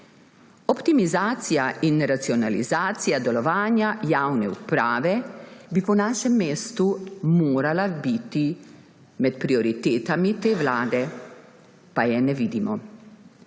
Optimizacija in racionalizacija delovanja javne uprave bi po našem mnenju morali biti med prioritetami te vlade, pa ju ne vidimo.